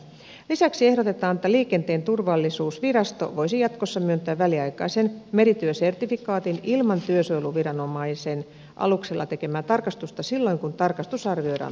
lisäksi ehdotetaan että liikenteen turvallisuusvirasto voisi jatkossa myöntää väliaikaisen merityösertifikaatin ilman työsuojeluviranomaisen aluksella tekemää tarkastusta silloin kun tarkastus arvioidaan tarpeettomaksi